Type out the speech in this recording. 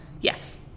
Yes